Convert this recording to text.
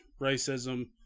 racism